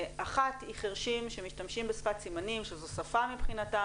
אחת היא חירשים שמשתמשים בשפת הסימנים שזו שפה מבחינתם,